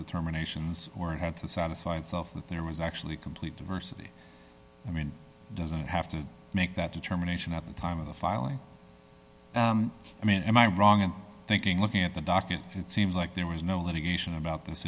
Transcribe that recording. determinations or it had to satisfy itself that there was actually complete diversity i mean doesn't it have to make that determination at the time of the filing i mean am i wrong in thinking looking at the docket it seems like there were no litigation about this